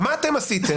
אבל מה אתם עשיתם?